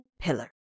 pillar